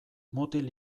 mutil